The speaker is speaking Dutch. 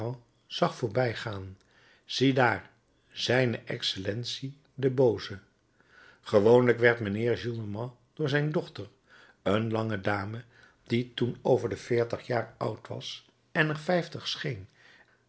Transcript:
zag voorbijgaan ziedaar zijne excellentie de booze gewoonlijk werd mijnheer gillenormand door zijn dochter een lange dame die toen over de veertig jaar oud was en er vijftig